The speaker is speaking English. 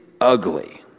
ugly